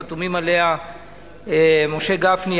חתומים עליה משה גפני,